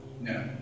no